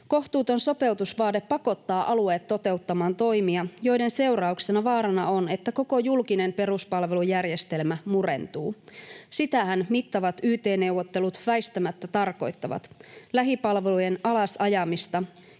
Kohtuuton sopeutusvaade pakottaa alueet toteuttamaan toimia, joiden seurauksena vaarana on, että koko julkinen peruspalvelujärjestelmä murentuu. Sitähän mittavat yt-neuvottelut väistämättä tarkoittavat, lähipalvelujen alas ajamista,